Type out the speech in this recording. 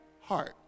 heart